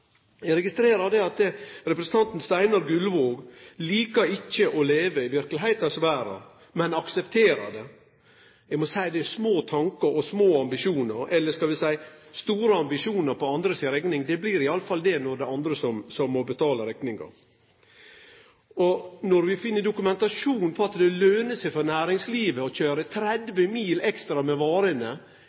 Eg registrerer at representanten Steinar Gullvåg ikkje likar å leve i verkelegheitas verd, men aksepterer det. Eg må seie at det er små tankar og små ambisjonar – eller skal vi seie store ambisjonar på andre si rekning. Det blir i alle fall det når det er andre som må betale rekninga. Når vi finn dokumentasjon på at det løner seg for næringslivet å køyre 30 mil ekstra med varene